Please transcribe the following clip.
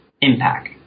impact